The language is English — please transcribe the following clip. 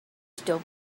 still